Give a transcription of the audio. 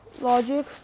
Logic